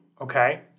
Okay